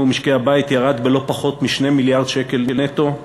ומשקי-הבית ירד בלא פחות מ-2 מיליארד שקל נטו,